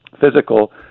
physical